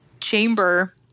chamber